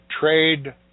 trade